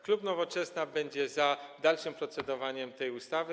Klub Nowoczesna będzie za dalszym procedowaniem nad tą ustawą.